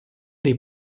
dei